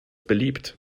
beliebt